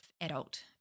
adult